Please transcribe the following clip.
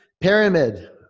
Pyramid